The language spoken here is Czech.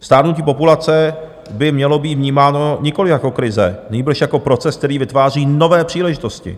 Stárnutí populace by mělo být vnímáno nikoliv jako krize, nýbrž jako proces, který vytváří nové příležitosti.